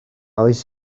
oes